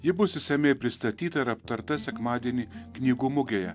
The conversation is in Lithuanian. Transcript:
ji bus išsamiai pristatyta ir aptarta sekmadienį knygų mugėje